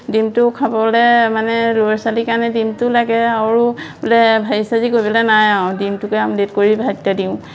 ডিমটো খাবলে মানে ল'ৰা ছোৱালীৰ কাৰণে ডিমটোও লাগে আৰু বোলে ভাজি চাজি কৰিবলে নাই আও ডিমটোকে আমলেট কৰি ভাইকেইটা দিওঁ